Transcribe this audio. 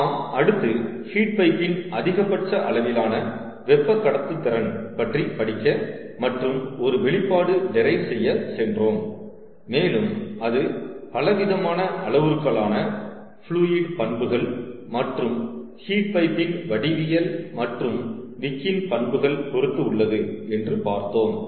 நாம் அடுத்து ஹீட் பைப்பின்அதிகபட்ச அளவிலான வெப்ப கடத்துத் திறன் பற்றி படிக்க மற்றும் ஒரு வெளிப்பாடு டெரைவ் செய்ய சென்றோம் மேலும் அது பலவிதமான அளவுருக்கலான ஃப்ளுயிட் பண்புகள் மற்றும் ஹீட் பைப்பின் வடிவியல் மற்றும் விக்கின் பண்புகள் பொருத்து உள்ளது என்று பார்த்தோம்